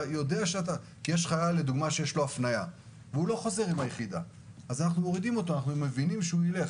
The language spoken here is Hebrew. יש חייל עם הפניה שלא חוזר עם היחידה אז מורידים אותו מהרשימה.